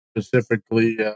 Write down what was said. specifically